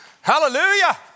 Hallelujah